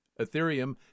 Ethereum